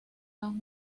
han